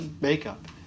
makeup